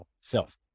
self